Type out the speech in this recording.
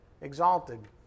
exalted